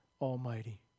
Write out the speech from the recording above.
Almighty